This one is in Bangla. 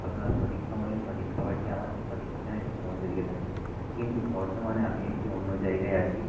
আপনারা সঠিক সময়ে সঠিক খাবারটি আমার সঠিক ঠিকানায় এসে পৌঁছে দিয়ে থাকেন কিন্তু বর্তমানে আমি একটি অন্য জায়গায় আছি